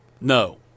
no